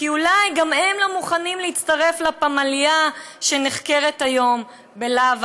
כי אולי גם הם לא מוכנים להצטרף לפמליה שנחקרת היום בלהב